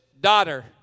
daughter